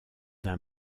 d’un